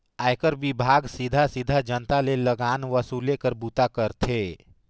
आयकर विभाग सीधा सीधा जनता ले लगान वसूले कर बूता करथे